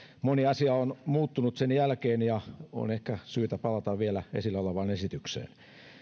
moni asia on muuttunut sen jälkeen ja on ehkä syytä palata vielä esillä olevaan esitykseen